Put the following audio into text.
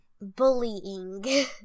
Bullying